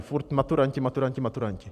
Furt maturanti, maturanti, maturanti.